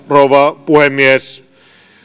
rouva puhemies